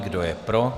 Kdo je pro?